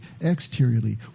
exteriorly